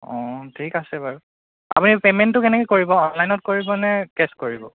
অঁ ঠিক আছে বাৰু আপুনি পেমেণ্টটো কেনেকৈ কৰিব অনলাইনত কৰিব নে কেছ কৰিব